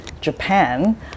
Japan